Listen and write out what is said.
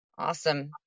Awesome